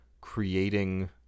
creating